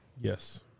Yes